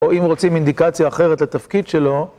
או אם רוצים אינדיקציה אחרת לתפקיד שלו.